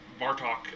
Bartok